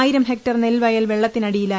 ആയിരം ഹെക്ടർ നെൽവയൽ വെള്ളത്തിനടിയിലായി